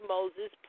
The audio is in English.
Moses